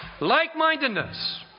Like-mindedness